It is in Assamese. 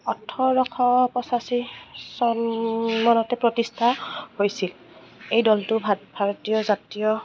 ওঠৰশ পঁচাশী চন মানতে প্ৰতিষ্ঠা হৈছিল এই দলটো ভাৰতীয় জাতীয়